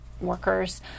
workers